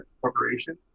corporation